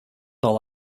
all